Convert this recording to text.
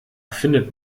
findet